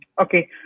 Okay